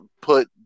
put